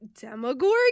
Demogorgon